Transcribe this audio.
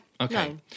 Okay